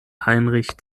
heinrich